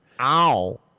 Ow